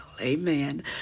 Amen